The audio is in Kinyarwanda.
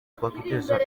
twakwiteza